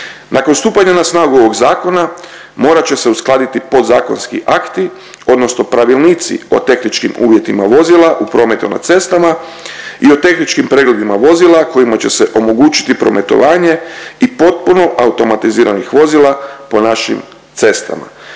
Nakon stupanja na snagu ovog zakona morat će se uskladiti podzakonski akti odnosno pravilnici o tehničkim uvjetima vozila u prometu na cestama i o tehničkim pregledima vozila kojima će se omogućiti prometovanje i potpuno automatiziranih vozila po našim cestama.